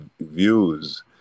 views